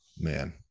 man